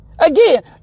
Again